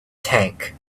tank